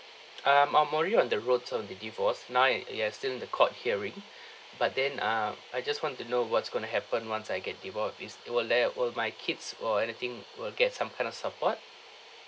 um I'm already on the roads of the divorce now we we're still in the court hearing but then um I just want to know what's gonna happen once I get divor~ appease uh will there will my kids or anything will get some kind of support